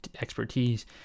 expertise